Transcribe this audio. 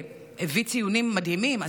הביא ציונים מדהימים,